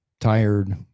Tired